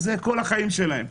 וזה כל החיים שלהם,